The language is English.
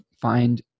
find